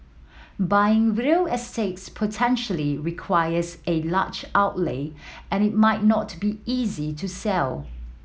buying real estate potentially requires a large outlay and it might not be easy to sell